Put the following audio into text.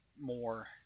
more